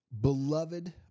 beloved